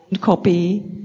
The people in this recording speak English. copy